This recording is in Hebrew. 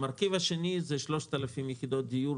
המרכיב השני הוא 3,000 יחידות דיור.